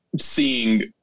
seeing –